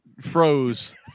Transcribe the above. froze